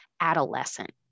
adolescent